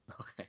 Okay